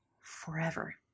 forever